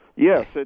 Yes